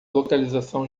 localização